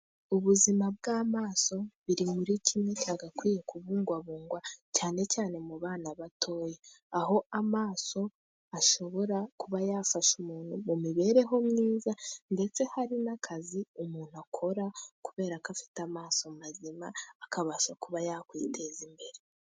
Ubuzima bw'amaso biri muri kimwe cyagakwiye kubungwabungwa cyane cyane mu bana batoya, aho amaso ashobora kuba yafasha umuntu mu mibereho myiza, ndetse hari n'akazi umuntu akora kubera ko afite amaso mazima, akabasha kuba yakwiteza imbere.